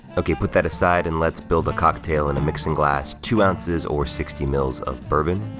okay, put that aside, and let's build a cocktail in a mixing glass. two ounces or sixty mils of bourbon,